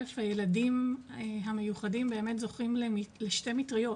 אלף הילדים המיוחדים באמת זוכים לשתי מטריות